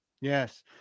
Yes